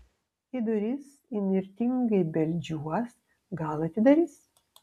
į duris įnirtingai beldžiuos gal atidarys